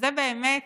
שזה באמת